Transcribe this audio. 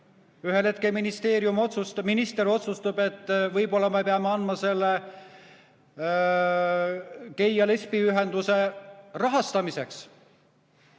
Ühel hetkel minister otsustab, et võib-olla me peame andma selle gei- ja lesbiühenduse rahastamiseks.